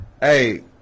Hey